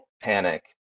panic